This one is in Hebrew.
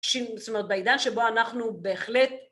זאת אומרת בעידן שבו אנחנו בהחלט